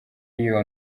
iyo